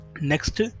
Next